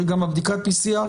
גם בדיקת ה-PCR,